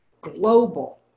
global